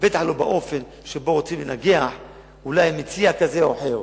בטח לא באופן שרוצים לנגח מציע כזה או אחר,